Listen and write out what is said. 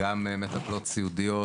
גם מטלפות סיעודיות,